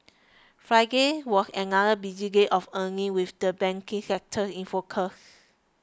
Friday was another busy day of earnings with the banking sector in focus